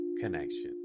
connection